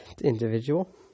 individual